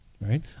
right